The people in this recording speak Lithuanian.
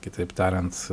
kitaip tariant